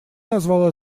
назвал